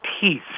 peace